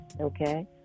okay